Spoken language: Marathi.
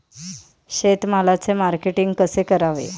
शेतमालाचे मार्केटिंग कसे करावे?